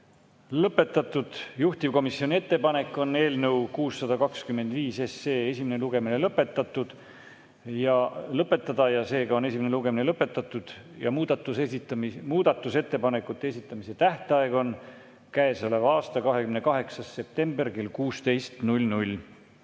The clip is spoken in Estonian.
lõpetatud. Juhtivkomisjoni ettepanek on eelnõu 625 esimene lugemine lõpetada. Seega on esimene lugemine lõpetatud. Muudatusettepanekute esitamise tähtaeg on käesoleva aasta 28. september kell 16.